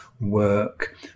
work